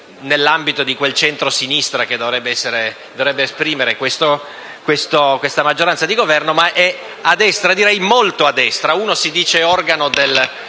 nell'ambito di quel centrosinistra che dovrebbe esprimere questa maggioranza di Governo, ma molto a destra; uno si dice organo del